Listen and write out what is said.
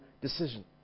decision